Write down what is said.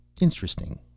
Interesting